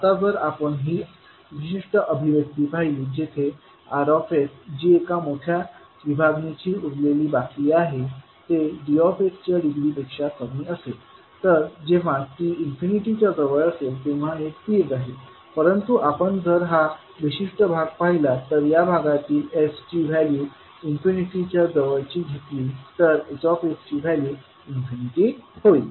आता जर आपण ही विशिष्ट अभिव्यक्ती पाहिली जिथे R जी एका मोठ्या विभागणीची उरलेली बाकी आहे ते D च्या डिग्रीपेक्षा कमी असेल तर जेव्हा t इन्फिनिटीच्या जवळ असेल तेव्हा हे स्थिर राहील परंतु आपण जर हा विशिष्ट भाग पाहिला तर या भागातील s ची व्हॅल्यू इन्फिनिटीच्या जवळची घेतली तर Hs ची व्हॅल्यू इन्फिनिटी होईल